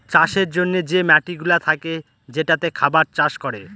চাষের জন্যে যে মাটিগুলা থাকে যেটাতে খাবার চাষ করে